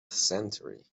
century